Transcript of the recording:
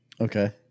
okay